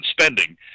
spending